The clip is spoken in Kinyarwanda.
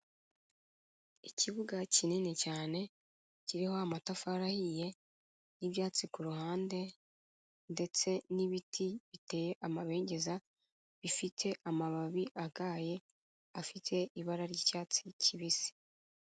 Ikibuga kinini cyane kiriho amatafari ahiye n'ibyatsi kuruhande, ndetse n'ibiti biteye amabengeza bifite amababi agaye afite ibara ry'icyatsi kibisi.